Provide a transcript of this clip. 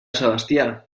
sebastià